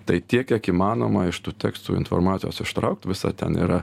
tai tiek kiek įmanoma iš tų tekstų informacijos ištraukt visa ten yra